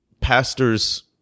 pastors